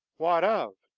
what of,